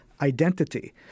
identity